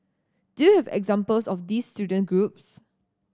do you have examples of these student groups